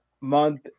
month